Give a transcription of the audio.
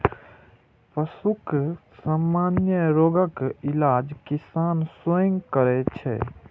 पशुक सामान्य रोगक इलाज किसान स्वयं करै छै